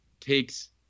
takes